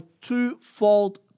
twofold